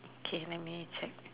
okay let me check